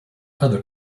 other